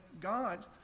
God